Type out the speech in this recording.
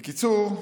בקיצור,